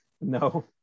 No